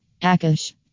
Akash